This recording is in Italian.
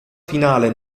finale